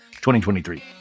2023